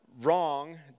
wrong